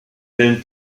fällen